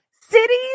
cities